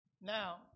Now